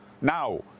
now